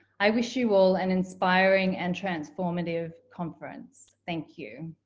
i wish you all an inspiring and transformative conference. thank you.